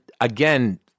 again